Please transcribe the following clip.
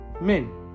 Men